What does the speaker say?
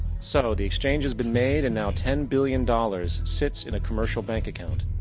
so, the exchange has been made. and now, ten billion dollars sits in a commercial bank account.